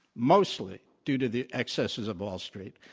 mostly due to the excesses of wall street,